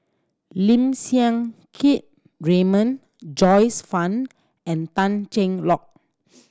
Lim Siang Keat Raymond Joyce Fan and Tan Cheng Lock